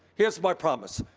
here's my promise,